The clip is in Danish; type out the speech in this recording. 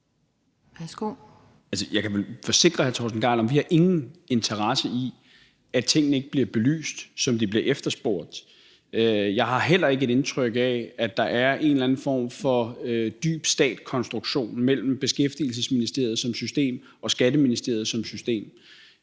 Jeg kan forsikre hr. Torsten Gejl om, at vi ingen interesse har i, at tingene ikke bliver belyst, som det bliver efterspurgt. Jeg har heller ikke et indtryk af, at der er en eller anden form for dyb stat-konstruktion mellem Beskæftigelsesministeriet som system og Skatteministeriet som system.